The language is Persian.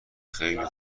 خیلی